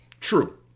True